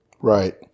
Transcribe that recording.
right